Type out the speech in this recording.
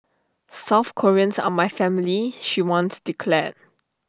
South Koreans are my family she once declared